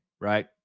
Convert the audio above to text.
Right